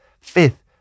Fifth